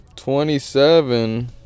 Twenty-seven